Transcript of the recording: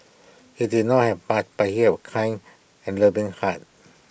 he did not have but he have A kind and loving heart